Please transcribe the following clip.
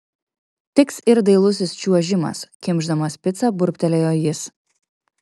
tiks ir dailusis čiuožimas kimšdamas picą burbtelėjo jis